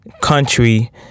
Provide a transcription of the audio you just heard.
country